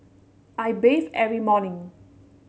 I bathe every morning